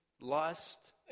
lust